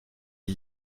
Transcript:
ils